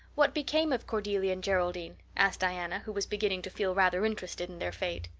what became of cordelia and geraldine? asked diana, who was beginning to feel rather interested in their fate.